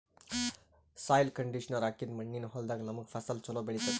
soil conditioner ಹಾಕಿದ್ದ್ ಮಣ್ಣಿನ್ ಹೊಲದಾಗ್ ನಮ್ಗ್ ಫಸಲ್ ಛಲೋ ಬೆಳಿತದ್